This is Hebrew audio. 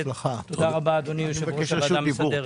תודה רבה, אדוני יושב-ראש הוועדה המסדרת.